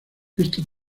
este